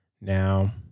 Now